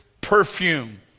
Perfume